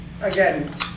again